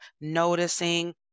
noticing